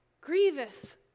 grievous